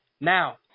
Now